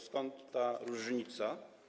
Skąd ta różnica?